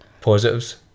positives